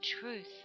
truth